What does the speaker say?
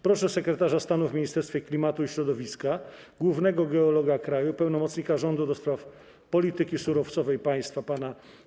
Proszę podsekretarza stanu w Ministerstwie Klimatu i Środowiska, głównego geologa kraju, pełnomocnika rządu ds. polityki surowcowej państwa pana